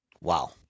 wow